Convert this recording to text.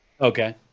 Okay